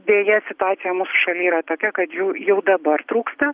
deja situacija mūsų šalyje yra tokia kad jų jau dabar trūksta